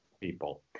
people